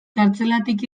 kartzelatik